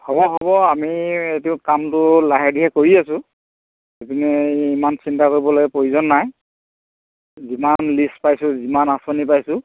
হ'ব হ'ব আমি এইটো কামটো লাহে ধিৰে কৰি আছো এইপিনে ইমান চিন্তা কৰিবলৈ প্ৰয়োজন নাই যিমান লিষ্ট পাইছো যিমান আঁচনি পাইছো